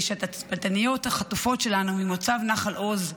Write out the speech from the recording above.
שהתצפיתניות החטופות שלנו ממוצב נחל עוז,